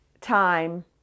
time